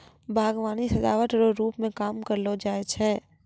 बागवानी सजाबट रो रुप मे काम करलो जाय छै